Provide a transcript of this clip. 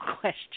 question